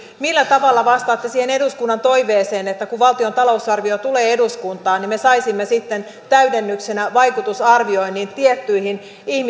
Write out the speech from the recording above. millä tavalla vastaatte siihen eduskunnan toiveeseen että kun valtion talousarvio tulee eduskuntaan niin me saisimme sitten täydennyksenä vaikutusarvioinnin tiettyihin